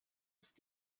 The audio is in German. ist